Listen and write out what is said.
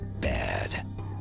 bad